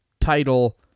title